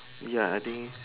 ya I think